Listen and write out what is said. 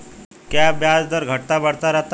क्या ब्याज दर घटता बढ़ता रहता है?